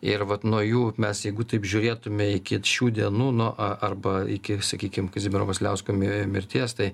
ir vat nuo jų mes jeigu taip žiūrėtume iki šių dienų nuo a arba iki sakykim kazimiero vasiliausko mi mirties tai